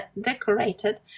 decorated